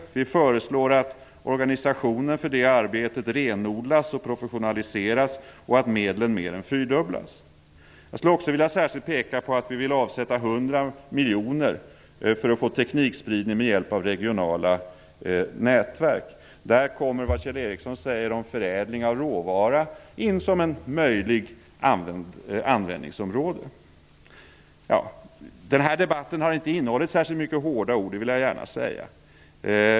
Vi föreslår att organisationen för det arbetet renodlas och professionaliseras och att medlen mer än fyrdubblas. Jag skulle också särskilt vilja peka på att vi vill avsätta 100 miljoner för att få teknikspridning med hjälp av regionala nätverk. Där kommer vad Kjell Ericsson säger om förädling av råvara in som ett möjligt användningsområde. Den här debatten har inte innehållit särskilt många hårda ord. Det vill jag gärna säga.